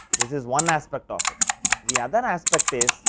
this is one aspect of it the other aspect is